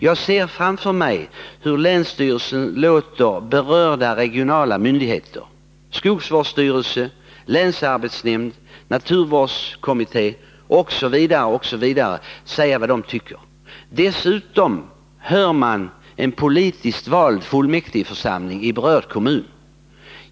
Jag kan se framför mig hur länsstyrelsen låter berörda regionala myndigheter — skogsvårdsstyrelse, länsarbetsnämnd, naturvårdskommitté m.fl. — säga vad de tycker. Dessutom låter man en politiskt vald fullmäktigeförsamling i berörd kommun yttra sig.